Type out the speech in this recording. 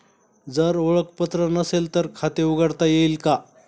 जर ओळखपत्र नसेल तर खाते उघडता येईल का?